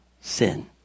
sin